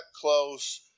close